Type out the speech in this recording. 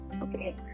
Okay